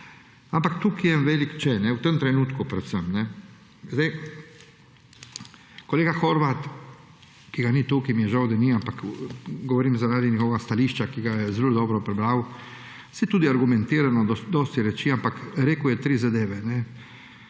Ampak tukaj je en velik če. V tem trenutku, predvsem. Kolega Horvat, ki ga ni tukaj, mi je žal, da ni, ampak govorim zaradi njegovega stališča, ki ga je zelo dobro prebral, saj tudi argumentirano dosti reči, ampak rekel je tri zadeve.